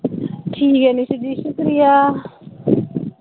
ठीक ऐ निशु जी शुक्रिया